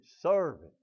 serving